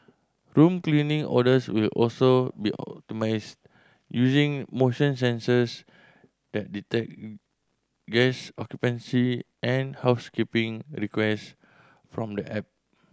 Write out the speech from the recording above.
room cleaning orders will also be optimised using motion sensors that detect guest occupancy and housekeeping request from the app